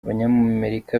abanyamerika